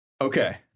okay